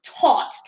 taught